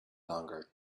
longer